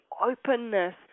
openness